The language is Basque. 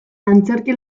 antzerki